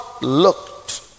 looked